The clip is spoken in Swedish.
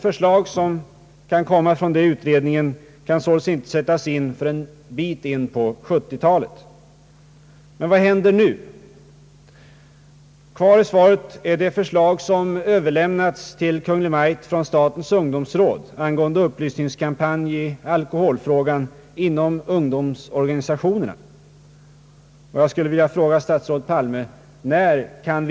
Föreslagna åtgärder från den utredningen kan således inte sättas in förrän en bit in på 1970-talet. Men vad händer nu?